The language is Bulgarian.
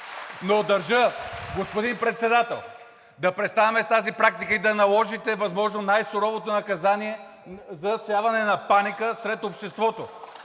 Но държа, господин Председател, да преставаме с тази практика и да наложите възможно най-суровото наказание за всяване на паника сред обществото